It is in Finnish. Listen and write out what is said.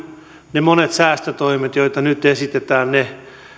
ne monet säästötoimet joita nyt esitetään ne